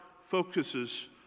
focuses